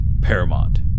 Paramount